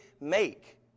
make